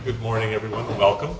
good morning everyone welcome